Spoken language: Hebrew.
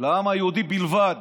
לעם היהודי בלבד.